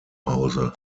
hause